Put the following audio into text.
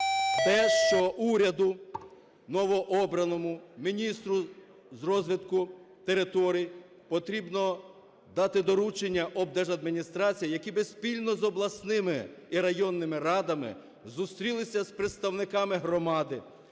те, що уряду новообраному, міністру з розвитку територій потрібно дати доручення облдержадміністраціям, які би спільно з обласними і районними радами зустрілися з представниками громади